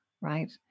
right